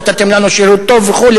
נתתם לנו שירות טוב וכו'.